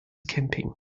camping